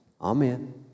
Amen